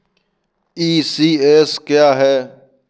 ECS क्या है?